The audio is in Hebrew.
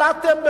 אבל אתם,